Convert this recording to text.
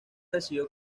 recibió